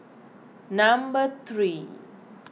number three